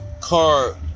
car